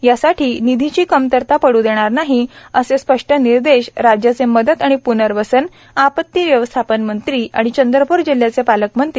त्यासाठी निधीची कमतरता पडणार नाही असे स्पष्ट निर्देश राज्याचे मदत व प्नर्वसन आपत्ती व्यवस्थापन मंत्री आणि चंद्रप्र जिल्ह्याचे पालकमंत्री